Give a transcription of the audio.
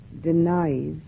denies